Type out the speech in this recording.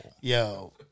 Yo